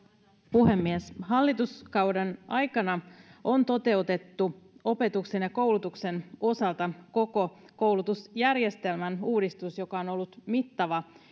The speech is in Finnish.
puhemies hallituskauden aikana on toteutettu opetuksen ja koulutuksen osalta koko koulutusjärjestelmän uudistus joka on ollut mittava